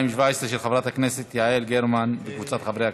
התשע"ח 2018, שהחזירה ועדת